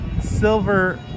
silver